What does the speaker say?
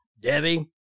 Debbie